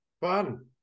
fun